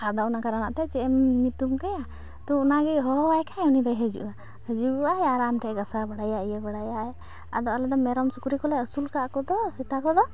ᱟᱫᱚ ᱚᱱᱟ ᱠᱟᱨᱚᱱᱟᱛᱮ ᱪᱮᱫᱼᱮᱢ ᱧᱩᱛᱩᱢ ᱠᱟᱭᱟ ᱛᱳ ᱚᱱᱟᱜᱮ ᱦᱚᱦᱚᱣᱟᱭ ᱠᱷᱟᱡ ᱩᱱᱤᱫᱚᱭ ᱦᱮᱡᱩᱜᱚᱼᱟᱭ ᱦᱮᱡᱩᱜᱚᱼᱟᱭ ᱟᱨ ᱟᱢᱴᱷᱮᱡ ᱜᱟᱥᱟᱣ ᱵᱟᱲᱟᱭᱟᱭᱟ ᱤᱭᱟᱹ ᱵᱟᱲᱟᱭᱟᱭ ᱟᱫᱚ ᱟᱞᱮᱫᱚ ᱥᱤᱢ ᱥᱩᱠᱨᱤᱠᱚ ᱞᱮ ᱟᱹᱥᱩᱞᱠᱟᱠᱜ ᱠᱚᱛᱚ ᱥᱮᱛᱟᱠᱚ ᱫᱚ